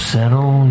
settle